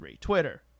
Twitter